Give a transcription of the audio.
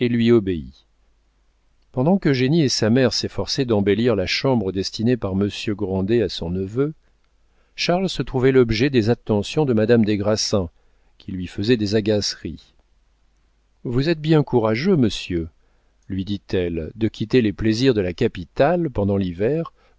lui obéit pendant qu'eugénie et sa mère s'efforçaient d'embellir la chambre destinée par monsieur grandet à son neveu charles se trouvait l'objet des attentions de madame des grassins qui lui faisait des agaceries vous êtes bien courageux monsieur lui dit-elle de quitter les plaisirs de la capitale pendant l'hiver